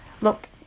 Look